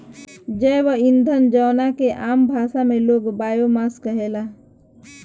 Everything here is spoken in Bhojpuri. जैव ईंधन जवना के आम भाषा में लोग बायोमास कहेला